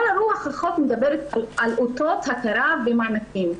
כל רוח החוק מדברת על אותות, הכרה ומענקים.